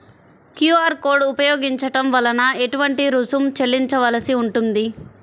QR code ఉపయోగించటం వలన ఏటువంటి రుసుం చెల్లించవలసి ఉంటుంది?